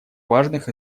важных